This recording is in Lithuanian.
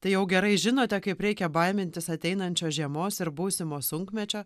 tai jau gerai žinote kaip reikia baimintis ateinančios žiemos ir būsimo sunkmečio